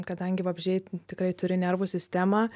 kadangi vabzdžiai tikrai turi nervų sistemą